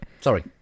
Sorry